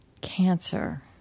cancer